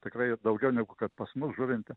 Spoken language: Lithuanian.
tikrai daugiau negu kad pas mus žuvinte